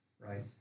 Right